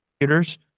computers